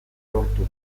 lortu